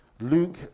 Luke